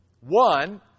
One